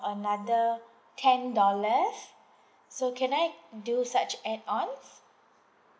another ten dollars so can I do such add ons